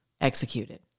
executed